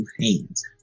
hands